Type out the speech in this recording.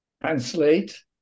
translate